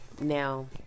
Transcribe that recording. now